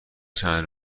چند